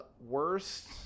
Worst